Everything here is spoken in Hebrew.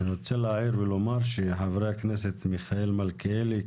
אני רוצה להעיר ולומר שחברי הכנסת מיכאל מלכיאלי,